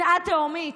שנאה תהומית.